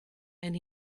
and